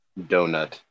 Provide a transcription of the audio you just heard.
Donut